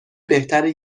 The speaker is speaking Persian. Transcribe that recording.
بهتره